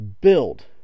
build